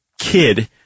Kid